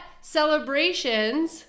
celebrations